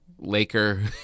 laker